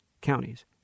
counties